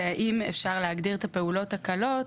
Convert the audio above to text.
זה האם אפשר להגדיר את הפעולות הקלות,